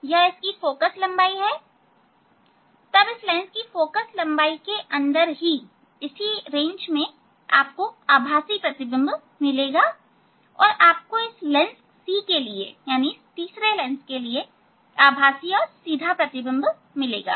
तो यह इसकी फोकल लंबाई है तब इस लेंस की फोकल लंबाई के अंदर ही आपको आभासी प्रतिबिंब मिलेगा और आपको इस लेंस C के लिए आभासीऔर सीधा प्रतिबिंब मिलेगा